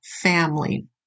family